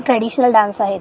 traditional dance आहेत